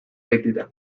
baitira